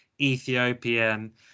Ethiopian